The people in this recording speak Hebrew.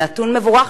נתון מבורך,